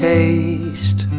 Taste